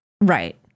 Right